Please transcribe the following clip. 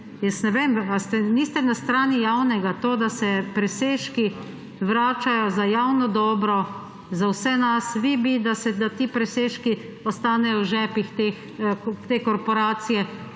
jaz ne vem, ali niste na strani javnega, da se presežki vračajo za javno dobro, za vse nas, vi bi, da ti presežki ostanejo v žepih te korporacije